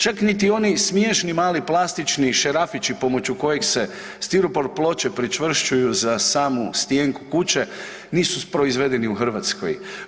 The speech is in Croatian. Čak niti oni smiješni mali plastični šarafići pomoću kojeg se stiropor ploče pričvršćuju za samu stjenku kuće nisu proizvedeni u Hrvatskoj.